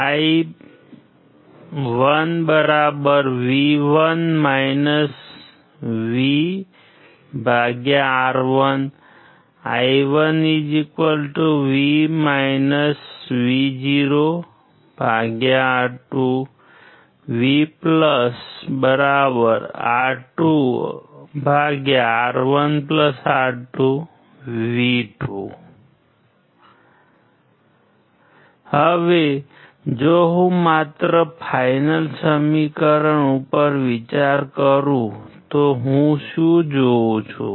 હવે જો હું માત્ર ફાઈનલ સમીકરણ ઉપર વિચાર કરું તો હું શું જોઉં છું